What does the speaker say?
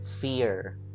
fear